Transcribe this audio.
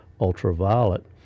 ultraviolet